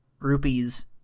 rupees